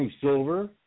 Silver